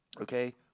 okay